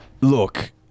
Look